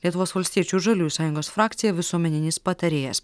lietuvos valstiečių ir žaliųjų sąjungos frakcija visuomeninis patarėjas